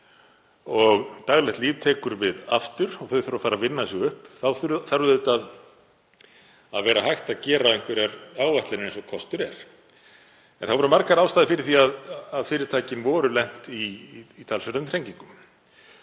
daglegt líf tekur við aftur og þau þurfa að fara að vinna sig upp þarf auðvitað að vera hægt að gera einhverjar áætlanir eins og kostur er. Margar ástæður voru fyrir því að fyrirtækin voru lent í talsverðum þrengingum.